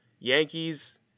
Yankees